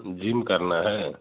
gym करना है